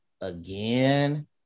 again